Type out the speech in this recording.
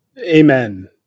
Amen